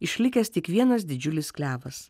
išlikęs tik vienas didžiulis klevas